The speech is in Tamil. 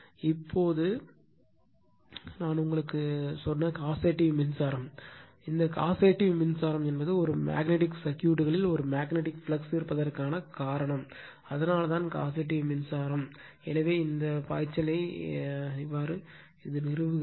இப்போது நான் உங்களுக்குச் சொன்ன காசெட்டிவ் மின்சாரம் இந்த காசெட்டிவ் மின்சாரம் என்பது ஒரு மேக்னட்டிக் சர்க்யூட்களில் ஒரு மேக்னட்டிக் ஃப்ளக்ஸ் இருப்பதற்கான காரணம் அதனால்தான் காசெட்டிவ் மின்சாரம் எனவே இந்த பாய்ச்சலை நிறுவுகிறது